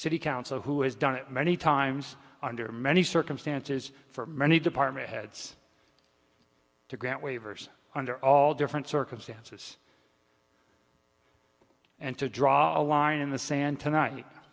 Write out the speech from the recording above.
city council who has done it many times under many circumstances for many department heads to grant waivers under all different circumstances and to draw a line in the sand tonight